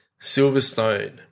Silverstone